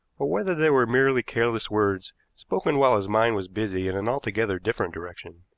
or whether they were merely careless words spoken while his mind was busy in an altogether different direction.